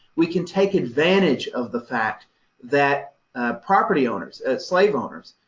we can take advantage of the fact that property owners, slave owners,